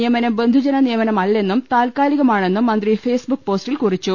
നിയമനം ബ്രന്ധുജന നിയമനമല്ലെന്നും താത്ക്കാലിക മാണെന്നും മന്ത്രി ഫേസ്ബുക്ക് പോസ്റ്റിൽ കുറിച്ചു